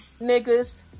niggas